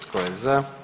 Tko je za?